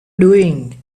doing